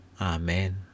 Amen